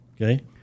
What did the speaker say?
okay